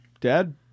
Dad